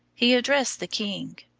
he addressed the king.